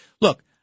Look